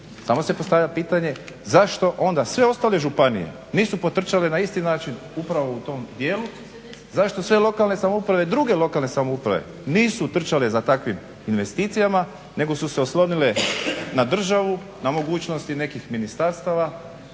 Samo se postavlja pitanje zašto onda sve ostale županije nisu potrčale na isti način upravo u tom dijelu? Zašto sve druge lokalne samouprave nisu trčale za takvim investicijama nego su se oslonile na državu, na mogućnosti nekih ministarstava,